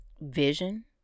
vision